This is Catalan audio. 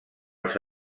els